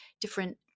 different